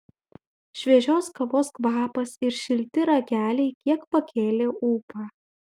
šviežios kavos kvapas ir šilti rageliai kiek pakėlė ūpą